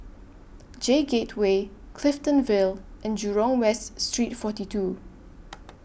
J Gateway Clifton Vale and Jurong West Street forty two